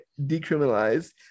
decriminalized